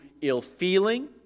ill-feeling